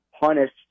punished